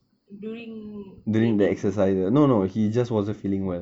during training